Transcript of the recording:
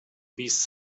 بیست